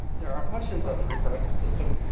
there are questions about the reproductive system.